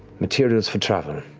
materials for travel.